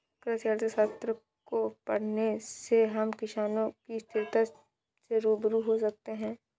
कृषि अर्थशास्त्र को पढ़ने से हम किसानों की स्थिति से रूबरू हो सकते हैं